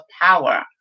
power